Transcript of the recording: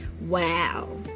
Wow